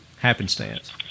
happenstance